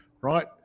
Right